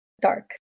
dark